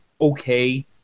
okay